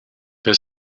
der